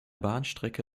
bahnstrecke